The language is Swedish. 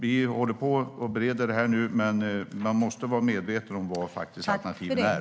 Vi håller på att bereda frågan nu, men man måste vara medveten om vilka alternativen är.